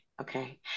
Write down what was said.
okay